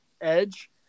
Edge